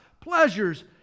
pleasures